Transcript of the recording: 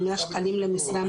התשפ"ב-2022 (מ/1516).